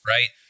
Right